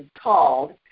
called